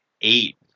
Eight